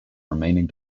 remaining